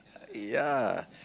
ya